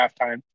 halftime